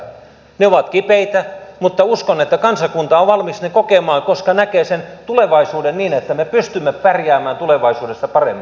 ne ovat kipeitä mutta uskon että kansakunta on valmis ne kokemaan koska näkee sen tulevaisuuden niin että me pystymme pärjäämään tulevaisuudessa paremmin